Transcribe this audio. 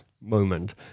moment